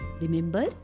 Remember